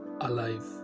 alive